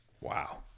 Wow